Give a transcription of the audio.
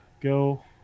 Go